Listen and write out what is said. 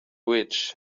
rich